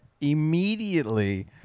immediately